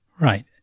Right